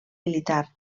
militar